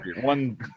one